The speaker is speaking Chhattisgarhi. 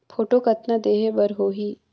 फोटो कतना देहें बर होहि?